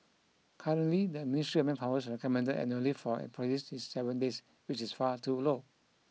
currently the ministry manpower's recommended annual leave for employees is seven days which is far too low